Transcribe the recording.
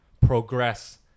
progress